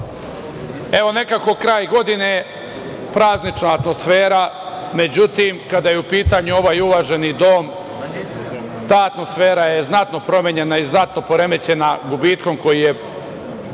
nekako kraj godine, prazniča atmosfera, međutim kada je u pitanju ovaj uvaženi dom, ta atmosfera je znatno promenjena i znatno poremećena gubitkom koji je